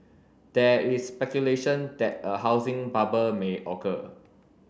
there is speculation that a housing bubble may occur